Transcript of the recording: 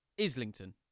Islington